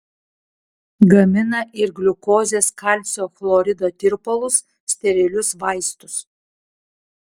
gamina ir gliukozės kalcio chlorido tirpalus sterilius vaistus